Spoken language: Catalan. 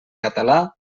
català